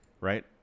right